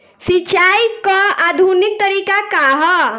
सिंचाई क आधुनिक तरीका का ह?